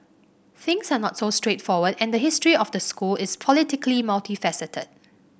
things are not so straightforward and the history of the school is politically multifaceted